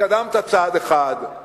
התקדמת צעד אחד,